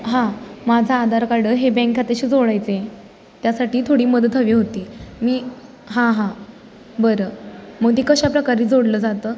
हां माझं आधार कार्ड हे बँक खात्याशी जोडायचं आहे त्यासाठी थोडी मदत हवी होती मी हां हां बरं मग ते कशाप्रकारे जोडलं जातं